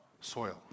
soil